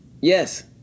Yes